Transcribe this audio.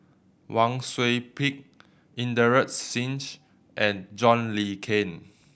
Wang Sui Pick Inderjit Singh and John Le Cain